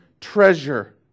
treasure